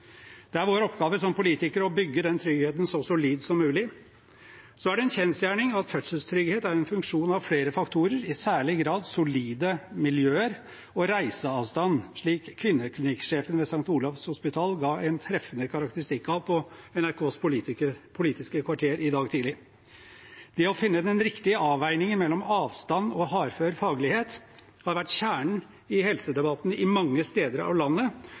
Det er vår oppgave som politikere å bygge den tryggheten så solid som mulig. Så er det en kjensgjerning at fødselstrygghet er en funksjon med flere faktorer, i særlig grad solide miljøer og reiseavstand, slik kvinneklinikksjefen ved St. Olavs hospital ga en treffende karakteristikk av på Politisk kvarter i NRK i dag tidlig. Det å finne den riktige avveiningen mellom avstand og hardfør faglighet har vært kjernen i helsedebatten mange steder i landet